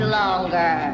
longer